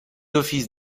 offices